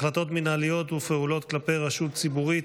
(החלטות מינהליות ופעולות כלפי רשות ציבורית,